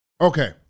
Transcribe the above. Okay